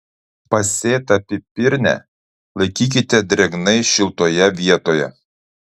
pasėtą pipirnę laikykite drėgnai šiltoje vietoje